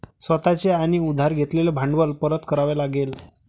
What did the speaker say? स्वतः चे आणि उधार घेतलेले भांडवल परत करावे लागेल